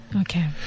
Okay